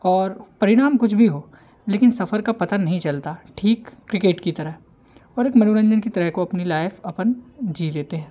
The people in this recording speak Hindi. और परिणाम कुछ भी हो लेकिन सफ़र का पता नहीं चलता है ठीक क्रिकेट की तरह और एक मनोरंजन की तरह को अपनी लाइफ़ अपन जी लेते हैं